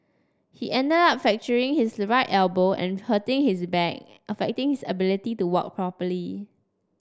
he ended up fracturing his the right elbow and hurting his back affecting his ability to walk properly